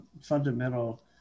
fundamental